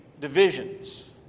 divisions